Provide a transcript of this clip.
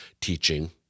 teaching